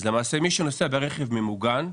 אז למעשה מי שנוסע ברכב ממוגן,